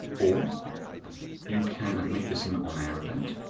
or you can make this an on-air event.